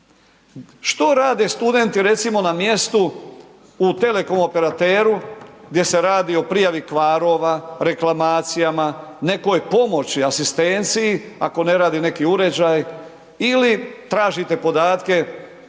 Što rade studenti, recimo na mjestu u telekom operateru gdje se radi o prijavi kvarova, reklamacijama, nekoj pomoći, asistenciji, ako ne radi neki uređaj ili tražite podatke o